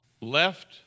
left